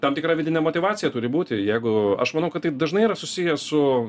tam tikra vidinė motyvacija turi būti jeigu aš manau kad tai dažnai yra susiję su